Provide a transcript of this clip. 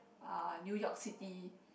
uh New York city